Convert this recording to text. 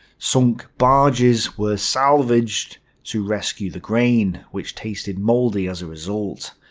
sunk barges were salvaged to rescue the grain which tasted mouldy as a result.